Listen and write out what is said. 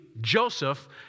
Joseph